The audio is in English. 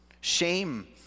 Shame